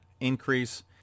increase